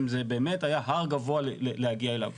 אם זה באמת היה הר גבוה להגיע אליו,